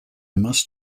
must